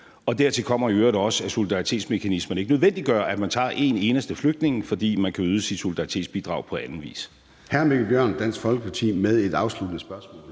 Dertil kommer i øvrigt også, at solidaritetsmekanismen ikke nødvendiggør, at man tager en eneste flygtning, fordi man kan yde sit solidaritetsbidrag på anden vis. Kl. 13:12 Formanden (Søren Gade): Hr. Mikkel Bjørn, Dansk Folkeparti, med et afsluttende spørgsmål.